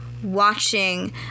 watching